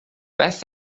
beth